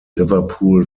liverpool